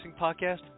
podcast